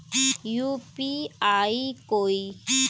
UPI कोई